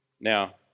Now